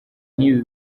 nk’ibi